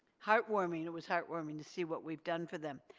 heartwarming, it was heartwarming to see what we've done for them.